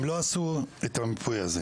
הם לא עשו את המיפוי הזה.